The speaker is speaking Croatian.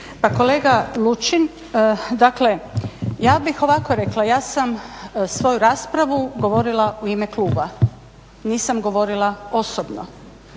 Pa kolega Lučin dakle ja bih ovako rekla, ja sam svoju raspravu govorila u ime kluba, nisam govorila osobno.